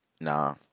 Nah